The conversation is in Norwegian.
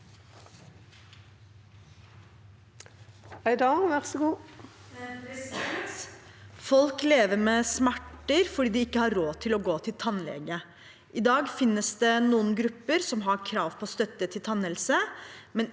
«Folk lever med smer- ter fordi de ikke har råd til å gå til tannlege. I dag finnes det noen grupper som har krav på støtte til tannhelse,